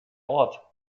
ort